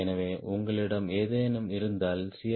எனவே உங்களிடம் ஏதேனும் இருந்தால் சி